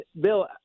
Bill